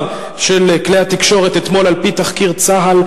של כלי התקשורת אתמול: על-פי תחקיר צה"ל,